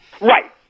Right